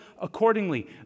accordingly